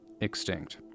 extinct